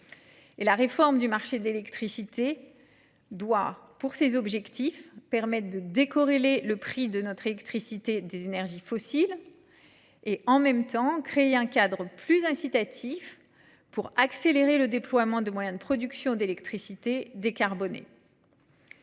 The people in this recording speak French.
la réforme du marché de l’électricité doit ainsi permettre de décorréler le prix de notre électricité des énergies fossiles et, en même temps, de créer un cadre plus incitatif pour accélérer le déploiement de moyens de production d’électricité décarbonée.